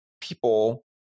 people